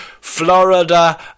Florida